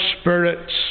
spirits